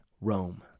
Rome